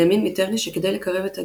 האמין מיטרני שכדי לקרב את הגאולה,